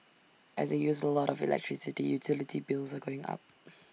as they use A lot of electricity utility bills are going up